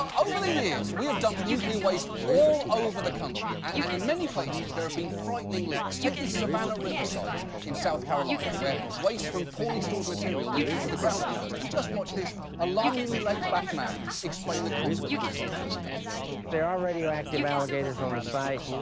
over the years, we have dumped nuclear waste all over the country and in many places, there've been frightening leaks. take the savannah river site in south carolina, where waste from poorly-stored material leaked into the ground water. and just watch this alarmingly laid back man explain the consequences of that. man there are radioactive alligators on the site.